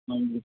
ਹਾਂਜੀ